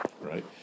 right